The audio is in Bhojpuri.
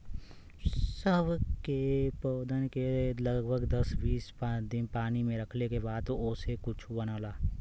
सन के पौधा के लगभग दस दिन पानी में रखले के बाद ओसे कुछो बनला